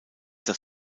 das